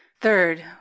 third